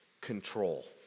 control